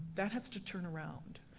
that has to turn around.